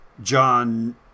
John